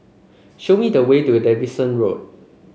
show me the way to Davidson Road